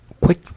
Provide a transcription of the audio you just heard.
quick